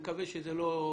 שזה לא מיתוס,